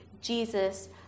Jesus